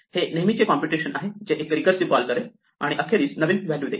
हे नेहमीचे कॉम्प्युटेशन आहे जी एक रिकर्सिव कॉल करेल आणि अखेरीस नवीन व्हॅल्यू देईल